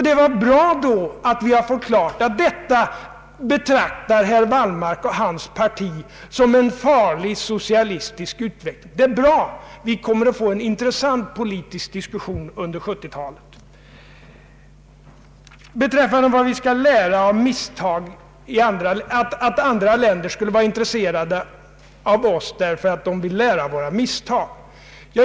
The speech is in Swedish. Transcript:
Det är bra att vi får klart för oss att herr Wallmark betraktar det som en farlig socialistisk utveckling. Vi kommer att få en intressant politisk diskussion under 1970 talet. Andra länder vill lära av våra misstag, säger man.